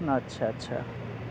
اچھا اچھا